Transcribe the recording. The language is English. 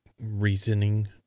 reasoning